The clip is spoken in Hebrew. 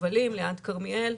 יובלים ליד כרמיאל.